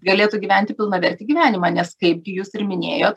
galėtų gyventi pilnavertį gyvenimą nes kaipgi jūs ir minėjot